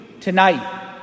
tonight